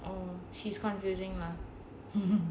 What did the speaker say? oh she's confusing lah